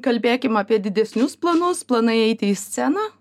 kalbėkim apie didesnius planus planai eiti į sceną